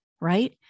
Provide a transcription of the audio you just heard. right